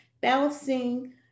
balancing